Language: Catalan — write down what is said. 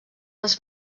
les